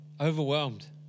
Overwhelmed